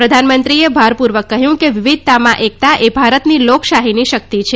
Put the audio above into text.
પ્રધાનમંત્રીએ ભારપૂર્વક કહ્યું કે વિવિધતામાં એકતા એ ભારતની લોકશાહીની શક્તિ છે